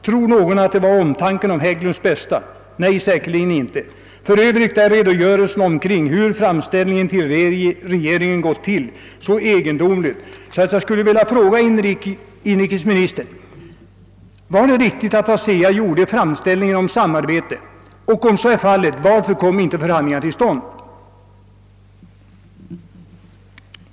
Tror någon att det var omtanken om Hägglunds bästa? Nej, säkerligen inte. För övrigt är redogörelsen omkring hur framställningen till regeringen skett så egendomlig att jag skulle vilja fråga inrikesministern: Var det riktigt att ASEA gjorde framställning om samarbete? Om så är fallet varför kom inte förhandlingar till stånd?